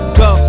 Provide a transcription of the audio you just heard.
go